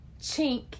chink